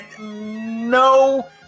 No